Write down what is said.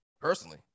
personally